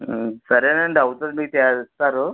సరేనండి అవుతుంది మీకు చేస్తారు